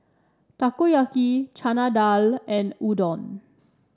Takoyaki Chana Dal and Udon